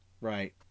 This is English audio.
Right